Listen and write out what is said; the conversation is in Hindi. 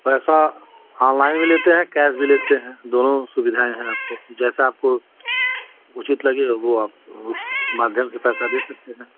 पैसा ऑनलाइन में लेते हैं कैश भी लेते हैं दोनों सुविधाएँ हैं आपको जैसा आपको उचित लगेगा वह आप उस माध्यम से पैसा दे सकते हैं